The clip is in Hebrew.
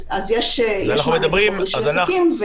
יש מענה בחוק רישוי עסקים,